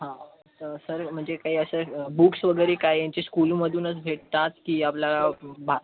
हो तर सर म्हणजे काही असे बुक्स वगैरे काही यांचे स्कूलमधूनच भेटतात की आपल्याला बा